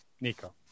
Nico